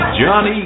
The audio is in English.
Johnny